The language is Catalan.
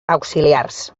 auxiliars